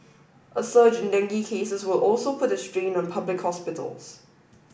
a surge in dengue cases will also put a strain on public hospitals